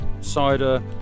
cider